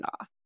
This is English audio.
off